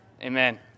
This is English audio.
amen